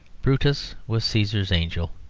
brutus was caesar's angel.